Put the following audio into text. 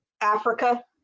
Africa